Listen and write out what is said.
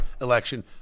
election